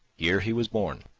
here he was born,